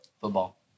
Football